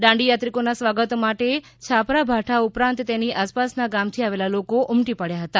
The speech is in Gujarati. દાંડીયાત્રિકોના સ્વાગત માટે છાપરાભાઠા ઉપરાંત તેની આસપાસના ગામથી આવેલા લોકો ઉમટી પડ્યા હતા